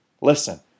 listen